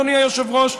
אדוני היושב-ראש,